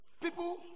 people